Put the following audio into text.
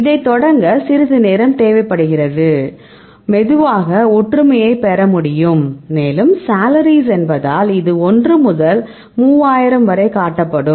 இதைத் தொடங்க சிறிது நேரம் தேவைப்படுகிறது மெதுவாக ஒற்றுமையைப் பெற முடியும் மேலும் சாலரீஸ் என்பதால் இது 1 முதல் 3000 வரை காட்டப்படும்